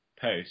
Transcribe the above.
post